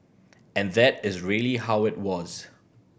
and that is really how it was